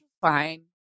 fine